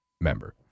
member